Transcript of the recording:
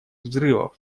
взрывов